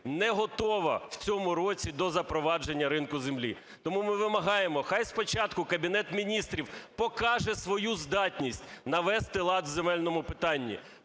не готова в цьому році до запровадження ринку землі. Тому ми вимагаємо, хай спочатку Кабінет Міністрів покаже свою здатність навести лад в земельному питанні: